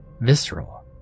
visceral